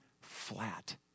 flat